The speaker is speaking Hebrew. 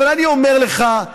אבל אני אומר לך,